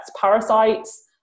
parasites